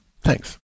thanks